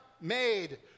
made